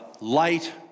light